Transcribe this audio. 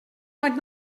might